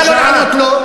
נא לא לענות לו,